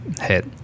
hit